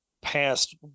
past